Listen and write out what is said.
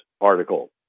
article